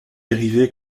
dérivés